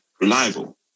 reliable